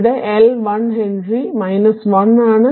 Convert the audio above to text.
ഇവിടെ L 1 henry 1 ആണ്